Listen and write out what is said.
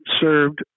served